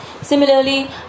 Similarly